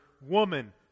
woman